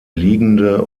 liegende